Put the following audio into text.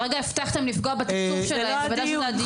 כרגע הבטחתם לפגוע בתקצוב שלהם, זה בוודאי הדיון.